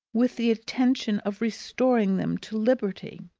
with the intention of restoring them to liberty.